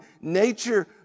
nature